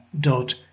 dot